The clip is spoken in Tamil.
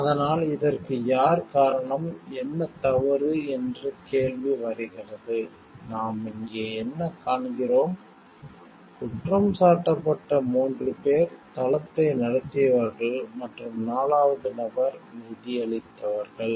அப்படியானால் இதற்கு யார் காரணம் என்ன தவறு என்று கேள்வி வருகிறது நாம் இங்கே என்ன காண்கிறோம் குற்றம் சாட்டப்பட்ட 3 பேர் தளத்தை நடத்தியவர்கள் மற்றும் 4 வது நபர் நிதியளித்தவர்கள்